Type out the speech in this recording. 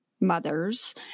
mothers